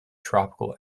tropical